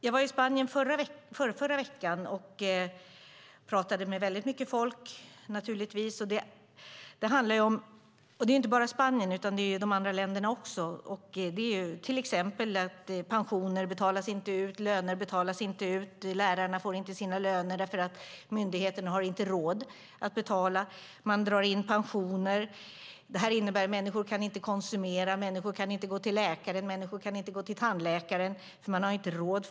Jag var i Spanien i förrförra veckan och talade med många människor. Det gäller inte bara Spanien utan också de andra länderna. Det kan till exempel vara att pensioner och löner inte betalas ut. Lärarna får inte sina löner därför att myndigheten inte har råd att betala. Man drar in pensioner. Detta innebär att människor inte kan konsumera. De kan inte gå till läkare och de kan inte gå till tandläkaren därför att de inte har råd.